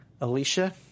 Alicia